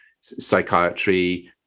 psychiatry